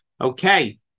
Okay